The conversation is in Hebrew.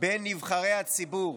בין נבחרי הציבור